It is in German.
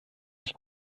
sich